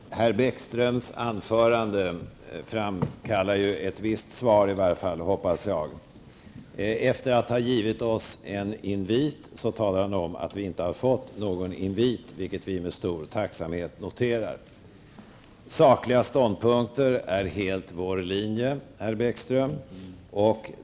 Fru talman! Herr Bäckströms anförande framkallar i varje fall ett visst svar, hoppas jag. Efter att ha givit oss en invit talar herr Bäckström om att vi inte har fått någon invit, vilket vi med stor tacksamhet noterar. Sakligt motiverade ståndpunkter är helt vår linje, herr Bäckström.